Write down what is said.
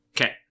Okay